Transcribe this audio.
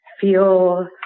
feel